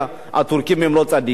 הטורקים הם לא צדיקים,